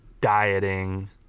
dieting